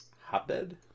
hotbed